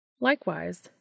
Likewise